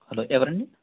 hello ఎవరండి